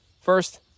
First